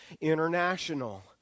International